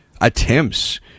attempts